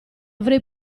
avrei